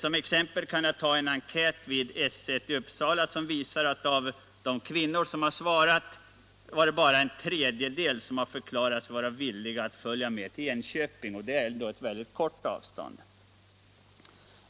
I en enkät vid S 1 i Uppsala var det bara en tredjedel av de kvinnor som svarade som förklarade sig villig att följa med till Enköping, och här är det ändå fråga om ett mycket kort avstånd.